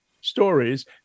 stories